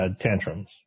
tantrums